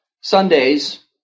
Sundays